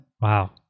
Wow